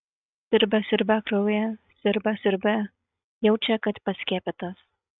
siurbia siurbia kraują siurbia siurbia jaučia kad paskiepytas